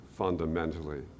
Fundamentally